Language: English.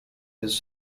his